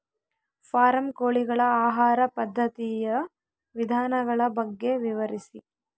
Form ಕೋಳಿಗಳ ಆಹಾರ ಪದ್ಧತಿಯ ವಿಧಾನಗಳ ಬಗ್ಗೆ ವಿವರಿಸಿ?